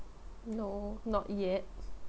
no not yet